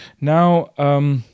now